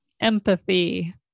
empathy